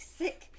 sick